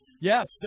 Yes